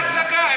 איזה הצגה?